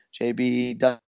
JB